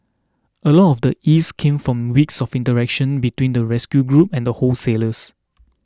a lot of the ease came from weeks of interaction between the rescue group and the wholesalers